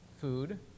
food